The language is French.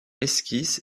esquisses